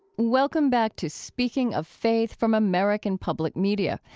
welcome back to speaking of faith from american public media,